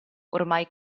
ormai